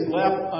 left